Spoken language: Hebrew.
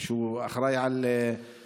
כך הוא עכשיו, שאחראי, האכיפה.